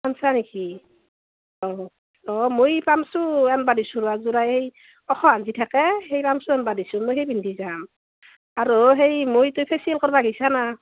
আনিছা নেকি অঁ ৰ মই এই পাম্প শ্বু আনিবা দিছোঁ ৰ এযোৰা এই ওখহেন যে থাকে সেই পাম্প শ্বু আনিবা দিছোঁ মই সেই পিন্ধি যাম আৰু সেই মই তই ফেচিয়েল কিৰবা গৈছা না